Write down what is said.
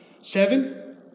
Seven